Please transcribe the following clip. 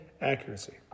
accuracy